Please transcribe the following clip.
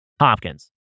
Hopkins